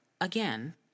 again